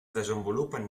desenvolupen